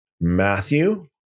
Matthew